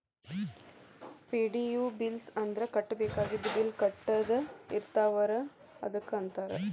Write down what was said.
ಪೆ.ಡಿ.ಯು bills ಅಂದ್ರ ಕಟ್ಟಬೇಕಾಗಿದ್ದ bill ಕಟ್ಟದ ಇರ್ತಾವಲ ಅದಕ್ಕ ಅಂತಾರ